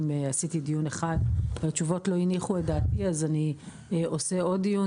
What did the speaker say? אם עשיתי דיון אחד והתשובות לא הניחו את דעתי אז אני עושה עוד דיון,